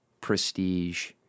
prestige